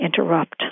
interrupt